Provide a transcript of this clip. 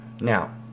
now